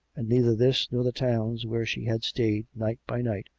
and neither this nor the towns where she had stayed, night by night,